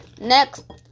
Next